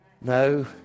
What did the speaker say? No